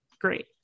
great